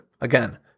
Again